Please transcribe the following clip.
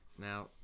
Now